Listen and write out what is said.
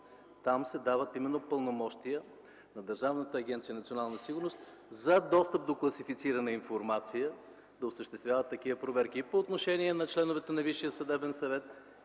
Там се дават именно пълномощия на Държавната агенция „Национална сигурност” за достъп до класифицирана информация да осъществява такива проверки и по отношение на членовете на Висшия партиен съвет,